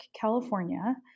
California